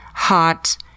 Hot